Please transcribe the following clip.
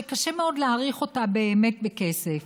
היא תרומה שקשה מאוד להעריך אותה באמת בכסף.